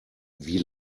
wie